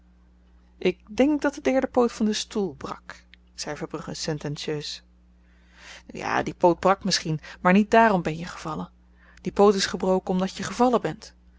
ik denk dat de derde poot van den stoel brak zei verbrugge sententieus nu ja die poot brak misschien maar niet dààrom ben je gevallen die poot is gebroken omdat je gevallen bent